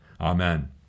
Amen